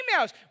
emails